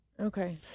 Okay